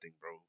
bro